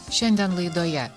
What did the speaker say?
šiandien laidoje